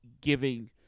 giving